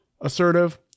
Assertive